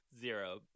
zero